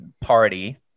party